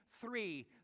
three